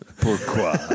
Pourquoi